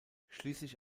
schließlich